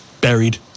buried